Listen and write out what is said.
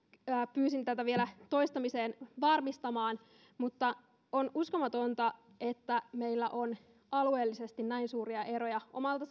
pyysin tätä vielä toistamiseen varmistamaan mutta on uskomatonta että meillä on alueellisesti näin suuria eroja omalta